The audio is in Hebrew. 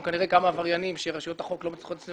כנראה כמה עבריינים שרשויות החוק לא מצליחות לשים